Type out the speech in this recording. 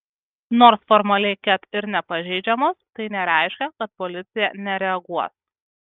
nors formaliai ket ir nepažeidžiamos tai nereiškia kad policija nereaguos